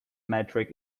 metric